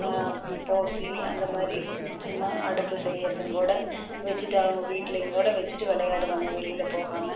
போசி அந்த மாதிரி சும்மா அடுப்பு செய்கியிறதுங்கூட வச்சுட்டு அவங்க வீட்லேங்கூட வச்சுட்டு விளையாடுவாங்க வெளியில் போகாமல்